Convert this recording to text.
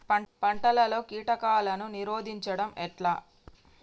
పంటలలో కీటకాలను నిరోధించడం ఎట్లా?